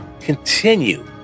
Continue